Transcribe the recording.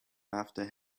after